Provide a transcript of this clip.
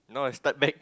now I start back